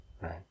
right